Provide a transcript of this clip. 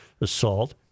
assault